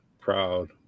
proud